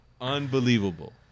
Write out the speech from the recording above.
Unbelievable